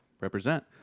Represent